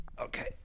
Okay